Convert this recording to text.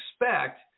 expect